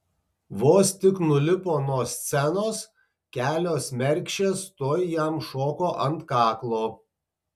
vos tik nulipo nuo scenos kelios mergšės tuoj jam šoko ant kaklo